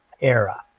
era